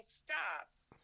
stopped